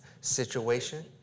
situation